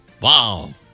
Wow